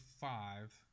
five